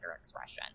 expression